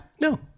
No